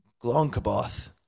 Glonkaboth